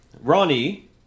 Ronnie